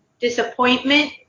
disappointment